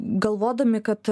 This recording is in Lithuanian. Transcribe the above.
galvodami kad